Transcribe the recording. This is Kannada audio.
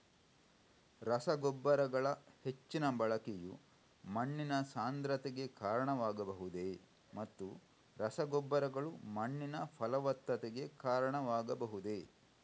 ರಸಗೊಬ್ಬರಗಳ ಹೆಚ್ಚಿನ ಬಳಕೆಯು ಮಣ್ಣಿನ ಸಾಂದ್ರತೆಗೆ ಕಾರಣವಾಗಬಹುದೇ ಮತ್ತು ರಸಗೊಬ್ಬರಗಳು ಮಣ್ಣಿನ ಫಲವತ್ತತೆಗೆ ಕಾರಣವಾಗಬಹುದೇ?